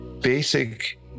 basic